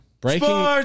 breaking